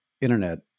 internet